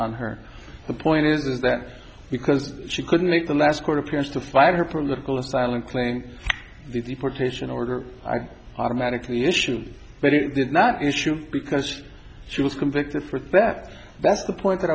on her the point is that because she couldn't make the last court appearance to fight her political asylum claim the deportation order i automatically issue but it did not issue because she was convicted for theft that's the point that